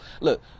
Look